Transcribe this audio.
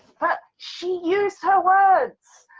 but she used her words,